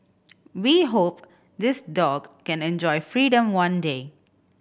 we hope this dog can enjoy freedom one day